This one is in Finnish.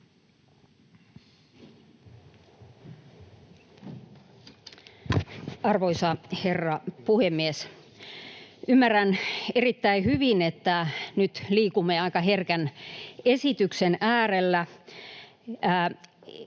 Arvoisa herra puhemies! Ymmärrän erittäin hyvin, että nyt liikumme aika herkän esityksen äärellä.